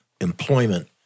employment